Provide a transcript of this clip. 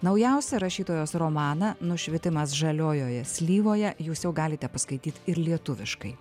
naujausią rašytojos romaną nušvitimas žaliojoje slyvoje jūs jau galite paskaityt ir lietuviškai